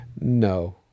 no